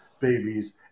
babies